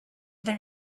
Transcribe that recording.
their